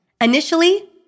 Initially